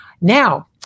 now